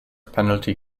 penalty